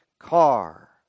car